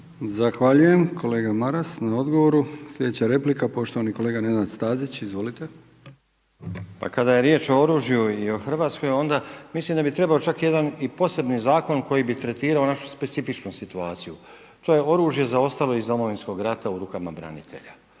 Zahvaljujem kolega Maras na odgovoru. Sljedeća replika poštovani kolega Nenad Stazić. Izvolite. **Stazić, Nenad (SDP)** Pa kada je riječ o oružju i Hrvatskoj, onda mislim da bi trebao čak i poseban zakon koji bi tretirao našu specifičnu situaciju. To je oružje zaostalo iz Domovinskog rata u rukama branitelja.